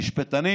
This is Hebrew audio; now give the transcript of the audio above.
משפטנים